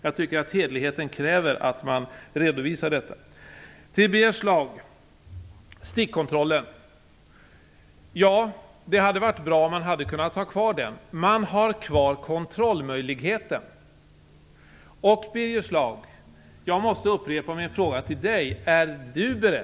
Jag tycker att hederligheten kräver att man redovisar det. Birger Schlaug talar om stickprovskontroller. Det hade varit bra om man hade kunnat ha kvar dem. Man har kvar kontrollmöjligheten. Jag måste upprepa min fråga till Birger Schlaug.